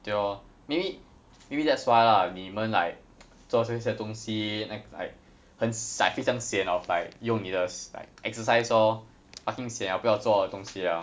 对 lor maybe maybe that's why lah 你们 like 做这些东西 like 很 like 非常 sian of like 用你的 like exercise lor fucking sian ah 我不要我做的东西 liao